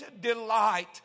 delight